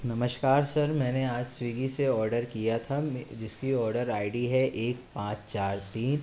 नमस्कार सर मैंने आज स्विगी से ऑर्डर किया था जिसकी ऑर्डर आई डी है एक पाँच चार तीन